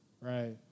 right